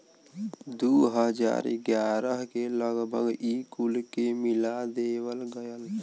दू हज़ार ग्यारह के लगभग ई कुल के मिला देवल गएल